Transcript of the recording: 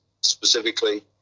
specifically